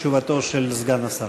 תשובתו של סגן השר.